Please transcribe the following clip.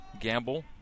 Gamble